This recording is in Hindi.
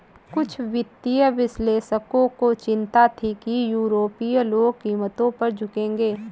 कुछ वित्तीय विश्लेषकों को चिंता थी कि यूरोपीय लोग कीमतों पर झुकेंगे